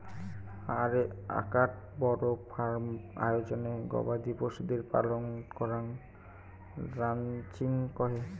আকটা বড় ফার্ম আয়োজনে গবাদি পশুদের পালন করাঙ রানচিং কহে